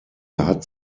hat